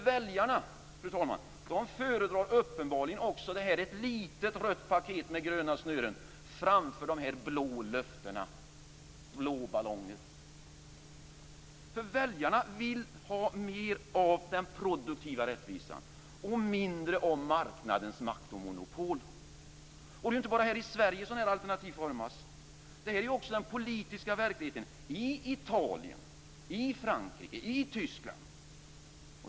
Väljarna, fru talman, föredrar uppenbarligen också det här som jag nu håller upp - ett litet rött paket med gröna snören - framför blå löften, blå ballonger. Väljarna vill ha mer av den produktiva rättvisan och mindre av marknadens makt och monopol. Och det är inte bara här i Sverige som sådana här alternativ formas. Det här är också den politiska verkligheten i Italien, i Frankrike och i Tyskland.